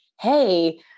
hey